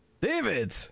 david